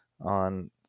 on